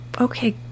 okay